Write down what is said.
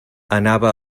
anava